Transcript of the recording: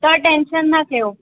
तव्हां टेंशन न कयो